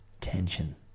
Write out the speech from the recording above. tension